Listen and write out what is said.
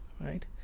right